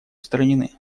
устранены